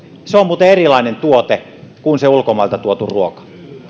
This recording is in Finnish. se on muuten erilainen tuote kuin se ulkomailta tuotu ruoka